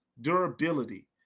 durability